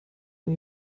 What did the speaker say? ein